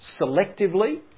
selectively